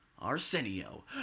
Arsenio